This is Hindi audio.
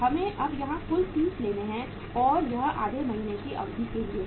हमें अब यहां कुल 30 लेने हैं और यह आधे महीने की अवधि के लिए है